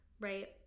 right